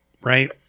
right